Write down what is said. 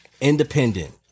Independent